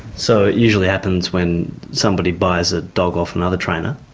so it usually happens when somebody buys a dog off another trainer?